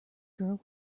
girl